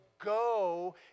Go